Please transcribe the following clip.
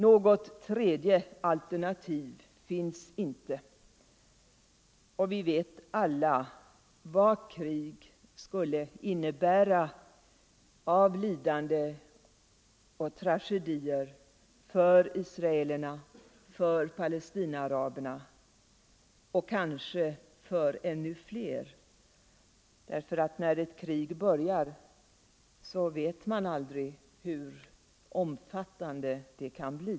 Något tredje alternativ finns inte. Och vi vet alla vad krig skulle innebära av lidande och tragedier för israelerna och palestinaaraberna — och kanske för ännu fler. När ett krig börjar vet man aldrig hur omfattande det kan bli.